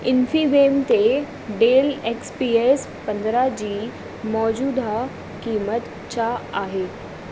इन्फीबेम ते Dell X P S पंद्रहं जी मौजूदह क़ीमत छा आहे